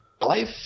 Life